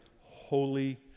holy